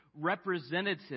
representative